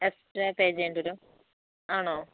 extra pay ചെയ്യേണ്ടിവരും ആണോ